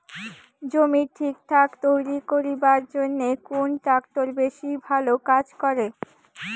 জমি ঠিকঠাক তৈরি করিবার জইন্যে কুন ট্রাক্টর বেশি ভালো কাজ করে?